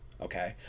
okay